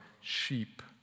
sheep